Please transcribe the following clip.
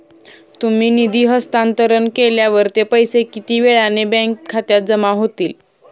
तुम्ही निधी हस्तांतरण केल्यावर ते पैसे किती वेळाने बँक खात्यात जमा होतील?